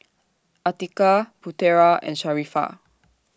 Atiqah Putera and Sharifah